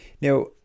now